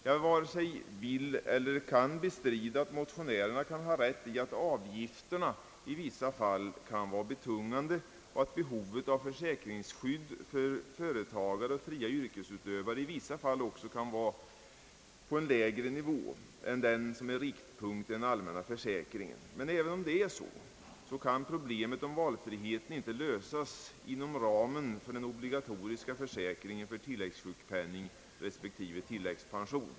Jag vare sig vill eller kan bestrida att motionärerna kan ha rätt i att avgifterna i vissa fall kan vara betungande och att behovet av försäkringsskydd för företagare och fria yrkesutövare i vissa fall också kan vara på en lägre nivå än den som är riktpunkt i den allmänna försäkringen. Men även om det är så kan problemet om valfriheten inte lösas inom ramen för den obligatoriska försäkringen för tilläggssjukpenning respektive tilläggspension.